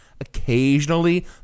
occasionally